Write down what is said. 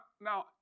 now